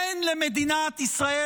אין למדינת ישראל